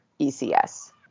ECS